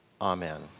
amen